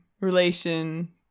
relation